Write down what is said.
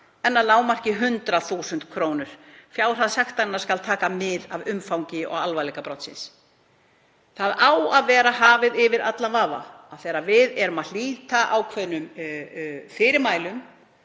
en að lágmarki 100.000 kr. Fjárhæð sektar skal taka mið af umfangi og alvarleika brotsins.“ Það á að vera hafið yfir allan vafa að þegar við hlítum ákveðnum fyrirmælum